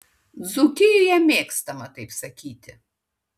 dzūkijoje mėgstama taip sakyti